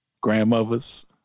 grandmothers